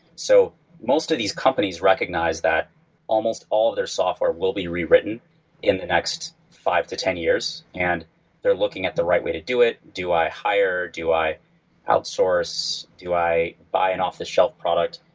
so most of these companies recognize that almost all of their software will be rewritten in the next five to ten years and they're looking at the right way to do it, do i hire? do i outsource? do i buy an off-the-shelf product?